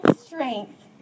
strength